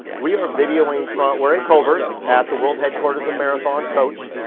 we are videoing from, we are in coburg at the world headquarters of marathon coach.